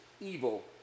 evil